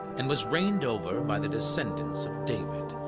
and was reigned over by the descendants of david.